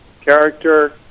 character